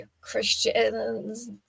Christians